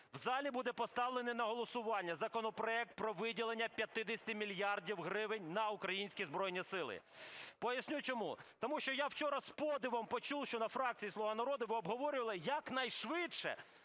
в залі буде поставлений на голосування законопроект про виділення 50 мільярдів гривень на українські Збройні Сили. Поясню чому. Тому що я вчора з подивом почув, що з фракцією "Слуга народу" ви обговорювали, як найшвидше